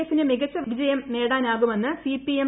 എഫിന് മികച്ച വിജയം നേടാനാകുമെന്ന് സിപിഎം